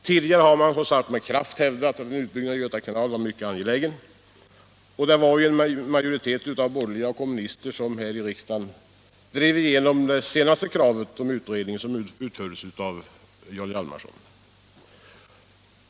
Tidigare har man som sagt med kraft hävdat att en utbyggnad av Göta kanal var mycket angelägen, och det var en majoritet av borgerliga och kommunister som här i riksdagen drev igenom kravet om den senaste utredningen, som utfördes av Jarl Hjalmarson.